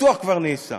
בטוח כבר נעשה.